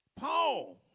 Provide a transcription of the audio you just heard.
Paul